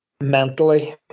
mentally